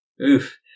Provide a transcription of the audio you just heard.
Oof